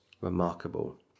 Remarkable